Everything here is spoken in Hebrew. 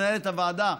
מנהלת הוועדה,